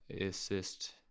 assist